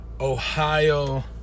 Ohio